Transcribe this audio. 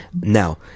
now